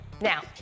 Now